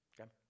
okay